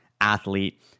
athlete